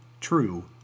true